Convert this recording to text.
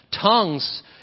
Tongues